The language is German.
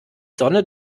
sonne